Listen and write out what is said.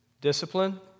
Discipline